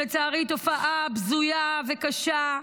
שהיא לצערי תופעה בזויה וקשה,